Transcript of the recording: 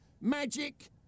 magic